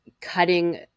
cutting